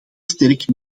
sterk